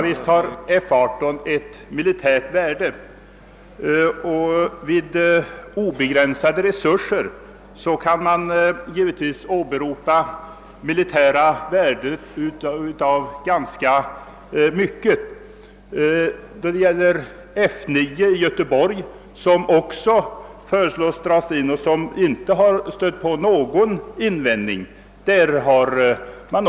Visst har F 18 ett militärt värde, och om man har obegränsade resurser kan man Sivetvis åberopa militära värden av ganska mycket. F 9 i Göteborg föreslås också bli indraget, och det har inte stött på någon invändning i riksdagen.